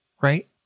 Right